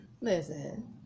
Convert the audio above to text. Listen